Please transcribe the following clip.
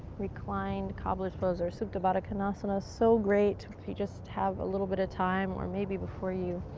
reclined cobbler's pose or supta baddha konasana. so great if you just have a little bit of time, or maybe before you